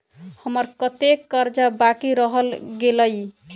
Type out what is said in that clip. हम्मर कत्तेक कर्जा बाकी रहल गेलइ?